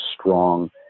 strong